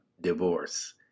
divorce